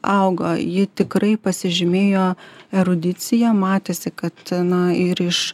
augo ji tikrai pasižymėjo erudicija matėsi kad na ir iš